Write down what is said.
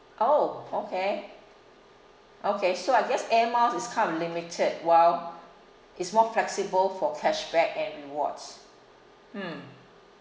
orh okay okay so I guess air miles is kind of limited well it's more flexible for cashback and rewards hmm